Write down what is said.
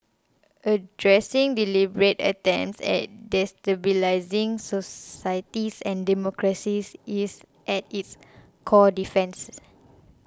addressing deliberate attempts at destabilising societies and democracies is at its core defences